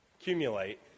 accumulate